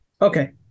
Okay